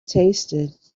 tasted